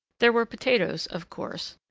there were potatoes, of course,